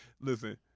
Listen